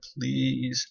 Please